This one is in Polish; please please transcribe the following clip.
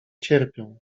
cierpią